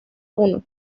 uno